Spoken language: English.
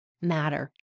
matter